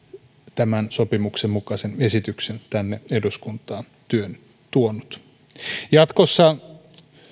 tämän sopimuksen mukaisen esityksen tänne eduskuntaan tuonut jatkossa